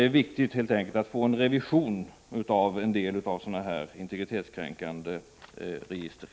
Det är helt enkelt viktigt att få en revision av en del integritetskränkande register.